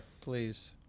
please